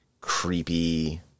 creepy